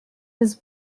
his